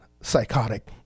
psychotic